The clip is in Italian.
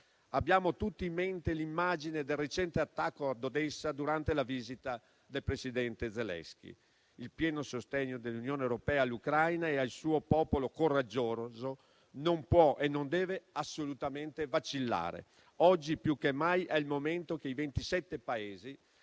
Abbiamo tutti in mente l'immagine del recente attacco a Odessa durante la visita del presidente Zelensky. Il pieno sostegno dell'Unione europea all'Ucraina e al suo popolo coraggioso non può e non deve assolutamente vacillare. Oggi più che mai è il momento che i 27 Paesi